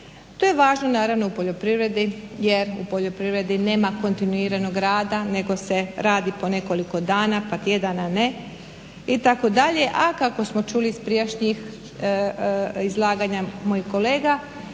To je važno naravno u poljoprivredi, jer u poljoprivredi nema kontinuiranog rada, nego se radi po nekoliko dana, pa tjedana ne itd., a kako smo čuli iz prijašnjih izlaganja mojih kolega